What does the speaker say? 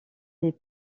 des